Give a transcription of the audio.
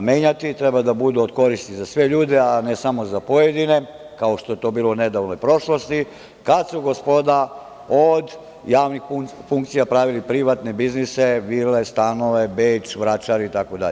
menjati, treba da budu od koristi za sve ljude, a ne samo za pojedine, kao što je to bilo u nedavnoj prošlosti kada su gospoda od javnih funkcija pravili privatne biznise, vile, stanove, Beč, Vračar, itd.